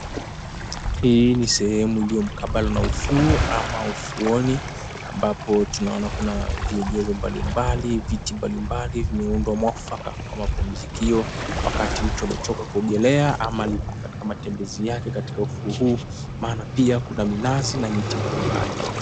Hii ni sehemu iliyo mkabala na ufuo ama ufuoni. Ambapo tunaona kuna viegezo mbalimbali, viti mbalimbali vimeundwa mwafaka kwa mapumzikio wakati mtu amechoka kuogelea ama aliye katika matembezi yake katika ufuo huu, maana pia kuna minazi na miti mbali mbali.